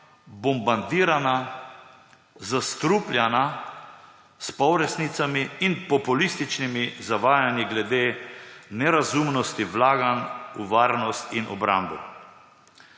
bombardirana, zastrupljena s polresnicami in populističnimi zavajanji glede nerazumnosti vlaganj v varnost in obrambo.